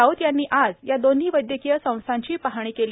राऊत यांनी आज या दोन्ही वैद्यकीय संस्थांची पाहणी केली